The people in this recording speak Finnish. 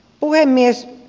puhemies